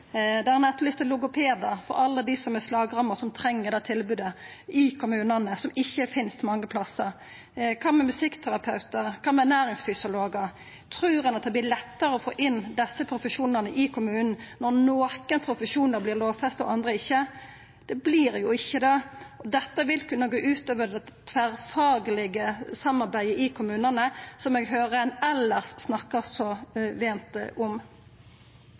der ein etterlyste logopedar til alle dei slagramma som treng det tilbodet i kommunane, men som ikkje finst mange plassar. Kva med musikkterapeutar? Kva med ernæringsfysiologar? Trur ein at det vert lettare å få inn desse profesjonane i kommunen når nokon profesjonar vert lovfesta og andre ikkje? Det vert jo ikkje det. Dette vil kunna gå ut over det tverrfaglege samarbeidet i kommunane, som eg høyrer ein elles snakkar så vent om.